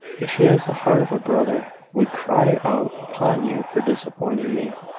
if he has the heart of a brother, would cry out upon you for disappointing me.